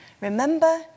remember